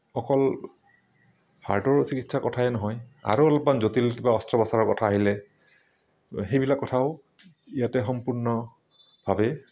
অকল হাৰ্টৰ চিকিৎসাৰ কথাই নহয় আৰু অলপমাণ জটিল কিবা অস্ত্ৰোপচাৰৰ কথা আহিলে সেইবিলাক কথাও ইয়াতে সম্পূৰ্ণভাৱে